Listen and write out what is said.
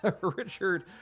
Richard